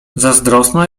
zazdrosna